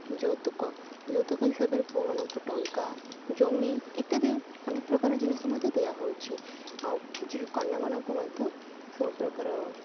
ଯୌତୁକ ଯୌତୁକ ହିସାବରେ ପୁଅମାନଙ୍କୁ ଟଙ୍କା ଜମି ଇତ୍ୟାଦି ଅନେକ ପ୍ରକାର ଜିନିଷ ମଧ୍ୟ ଦିଆହେଉଛି ଆଉ ଝିଅ କନ୍ୟାମାନଙ୍କୁ ମଧ୍ୟ ସବୁ ପ୍ରକାର